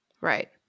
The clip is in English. Right